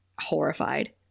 horrified